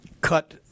cut